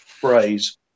phrase